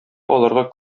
аларга